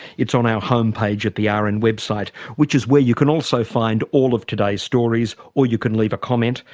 it's on our homepage at the rn and website which is where you can also find all of today's stories or you can leave a comment.